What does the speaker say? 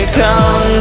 come